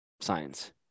Science